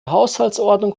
haushaltsordnung